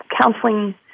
counseling